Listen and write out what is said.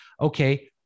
okay